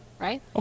Right